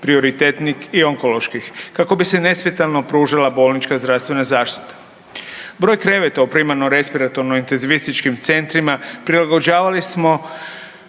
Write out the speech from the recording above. prioritetnih i onkoloških kako bi se nesmetano pružala bolnička i zdravstvena zaštita. Broj kreveta u primarno-respiratornim intenzivističkim centrima prilagođavali smo